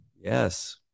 Yes